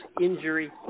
injury